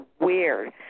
weird